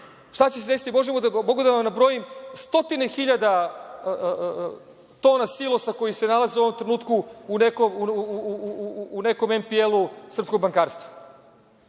i povezano je. Mogu da vam nabrojim stotine hiljada tona silosa koji se nalaze u ovom trenutku u nekom NPL srpskog bankarstva,